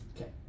Okay